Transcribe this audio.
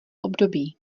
období